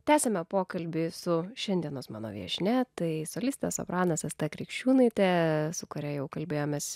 tęsiame pokalbį su šiandienos mano viešnia tai solistė sopranas asta krikščiūnaitė su kuria jau kalbėjomės